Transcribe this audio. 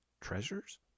Treasures